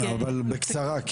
בקצרה.